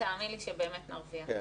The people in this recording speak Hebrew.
תאמין לי שבאמת נרוויח.